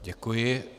Děkuji.